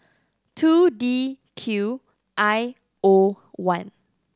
two D Q I O one